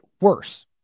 worse